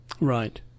right